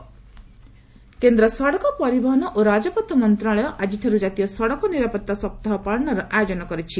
road safety କେନ୍ଦ୍ର ସଡ଼କ ପରିବହନ ଓ ରାଜପଥ ମନ୍ତ୍ରଣାଳୟ ଆଜିଠାରୁ ଜାତୀୟ ସଡ଼କ ନିରାପତ୍ତା ସପ୍ତାହ ପାଳନର ଆୟୋଜନ କରିଛି